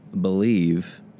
believe